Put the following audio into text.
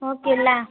हो केला